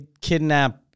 kidnap